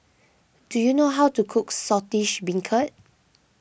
do you know how to cook Saltish Beancurd